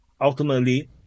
ultimately